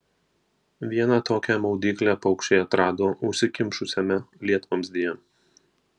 vieną tokią maudyklę paukščiai atrado užsikimšusiame lietvamzdyje